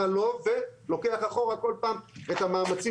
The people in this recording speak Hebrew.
מה לא ולוקח אחורה כל פעם את המאמצים